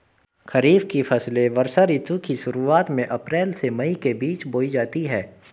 खरीफ की फसलें वर्षा ऋतु की शुरुआत में अप्रैल से मई के बीच बोई जाती हैं